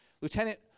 Lieutenant